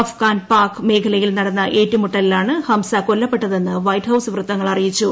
അഫ്ഗാൻ പാക് മേഖലയിൽ നടന്ന ഏറ്റുമുട്ടലിലാണ് ഹംസ കൊല്ലപ്പെട്ടതെന്ന് വൈറ്റ്ഹൌസ് വൃത്തങ്ങൾ പറഞ്ഞു